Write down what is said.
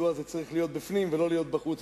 מדוע זה צריך להיות בפנים ולא להיות בחוץ,